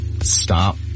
stop